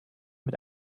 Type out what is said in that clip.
mit